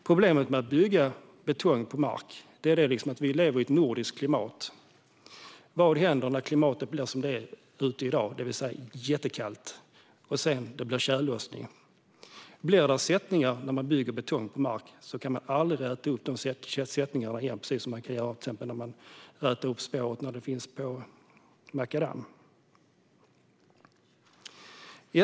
Problemet med att bygga med betong på mark är att vi har ett nordiskt klimat. Vad händer när klimatet blir som det är nu, det vill säga jättekallt, och det sedan blir tjällossning? Blir det sättningar när man bygger med betong på mark kan man aldrig åtgärda dessa sättningar på det sätt som man kan göra när man rätar upp spåren när de finns på makadam.